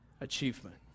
achievement